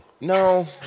No